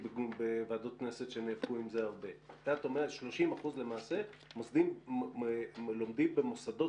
כשאת אומרת 30% הכוונה ללומדים במוסדות